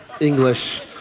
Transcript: English